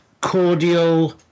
cordial